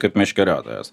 kaip meškeriotojas